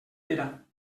era